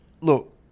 look